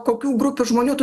kokių grupių žmonių tu